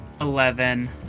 Eleven